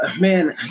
man